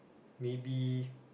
maybe